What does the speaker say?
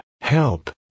help